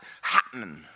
happening